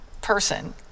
person